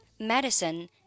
Medicine